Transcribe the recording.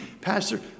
Pastor